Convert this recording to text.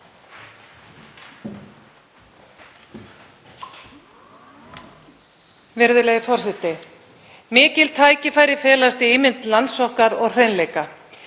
Virðulegi forseti. Mikil tækifæri felast í ímynd lands okkar og hreinleika.